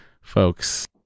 folks